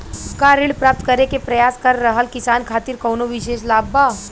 का ऋण प्राप्त करे के प्रयास कर रहल किसान खातिर कउनो विशेष लाभ बा?